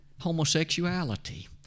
Homosexuality